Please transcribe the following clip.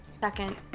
second